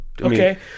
Okay